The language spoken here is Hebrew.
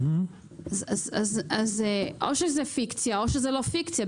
אז או שזו פיקציה, או שזו לא פיקציה.